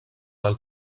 del